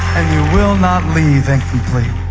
you will not leave incomplete.